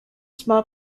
small